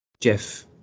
Jeff